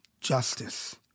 justice